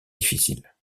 difficiles